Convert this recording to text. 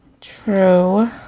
true